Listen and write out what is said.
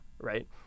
right